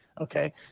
Okay